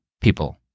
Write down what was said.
people